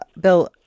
Bill